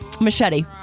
Machete